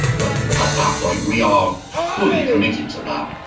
but at that point, we are fully committed to that,